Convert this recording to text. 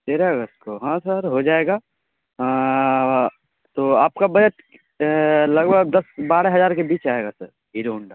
تیرہ اگست کو ہاں سر ہو جائے گا تو آپ کا بجٹ لگ بھگ دس بارہ ہزار کے بیچ آئے گا سر ہیرو ہونڈا